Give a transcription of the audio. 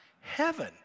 heaven